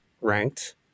ranked